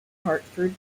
hartford